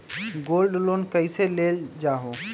Gold loan कईसे लेल जाहु?